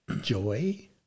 joy